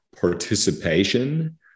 participation